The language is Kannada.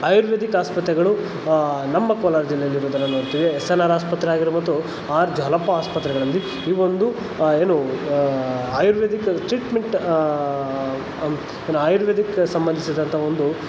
ಆಯುರ್ವೇದಿಕ್ ಆಸ್ಪತ್ರೆಗಳು ನಮ್ಮ ಕೋಲಾರ ಜಿಲ್ಲೆಯಲ್ಲಿರೋದನ್ನು ನೋಡ್ತೀವಿ ಎಸ್ ಎನ್ ಆರ್ ಆಸ್ಪತ್ರೆ ಆಗಿರ್ಬೋದು ಆರ್ ಜಾಲಪ್ಪ ಆಸ್ಪತ್ರೆಗಳಲ್ಲಿ ಇವೊಂದು ಏನು ಆಯುರ್ವೇದಿಕ್ ಟ್ರೀಟ್ಮೆಂಟ್ ಏನು ಆಯುರ್ವೇದಿಕ್ಗೆ ಸಂಬಂಧಿಸಿದಂತ ಒಂದು